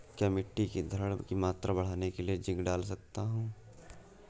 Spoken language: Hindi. क्या मिट्टी की धरण की मात्रा बढ़ाने के लिए जिंक डाल सकता हूँ?